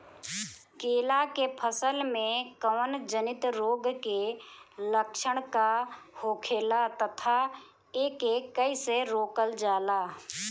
केला के फसल में कवक जनित रोग के लक्षण का होखेला तथा एके कइसे रोकल जाला?